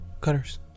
cutters